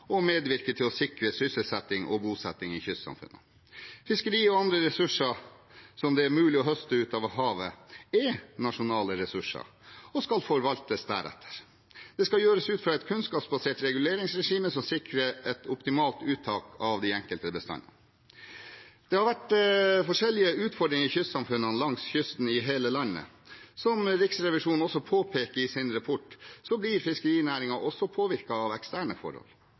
og medvirke til å sikre sysselsetting og bosetting i kystsamfunnene. Fiskeri og andre ressurser som det er mulig å høste av havet, er nasjonale ressurser og skal forvaltes deretter. Det skal gjøres ut fra et kunnskapsbasert reguleringsregime som sikrer et optimalt uttak av de enkelte bestandene. Det har vært forskjellige utfordringer i kystsamfunnene langs kysten i hele landet. Som Riksrevisjonen påpeker i sin rapport, blir fiskerinæringen også påvirket av eksterne forhold.